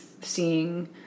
seeing